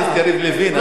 חבר הכנסת יריב לוין,